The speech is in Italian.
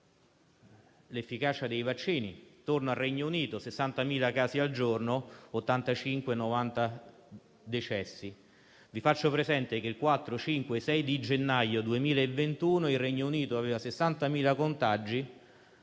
detto, tutt'altro. Torno al Regno Unito: 60.000 casi al giorno, 85-90 decessi. Vi faccio presente che i giorni 4, 5 e 6 gennaio 2021 il Regno Unito aveva 60.000 contagi